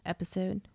Episode